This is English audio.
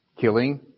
killing